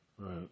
right